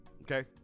Okay